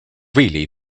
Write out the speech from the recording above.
really